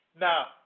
Now